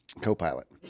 Copilot